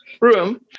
room